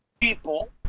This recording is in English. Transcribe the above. people